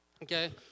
Okay